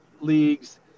leagues